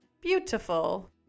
Beautiful